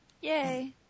Yay